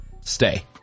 Stay